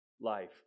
life